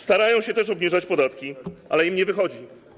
Starają się też obniżać podatki, ale im nie wychodzi.